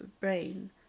brain